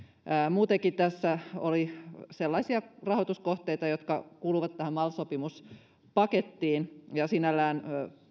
muutenkin tässä oli sellaisia rahoituskohteita jotka kuuluvat tähän mal sopimuspakettiin ja sinällään